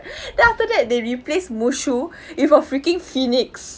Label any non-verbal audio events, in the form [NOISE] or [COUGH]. [BREATH] then after that they replaced mushu with a freaking phoenix